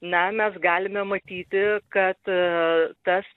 na mes galime matyti kad tas